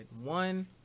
One